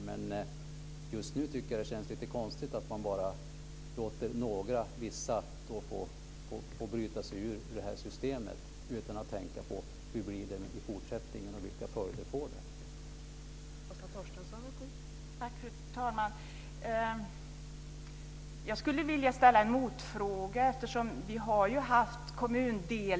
Men just nu tycker jag att det känns lite konstigt att man bara låter vissa bryta sig ur systemet utan att tänka på hur det blir i fortsättningen och vilka följder det får.